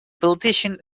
politician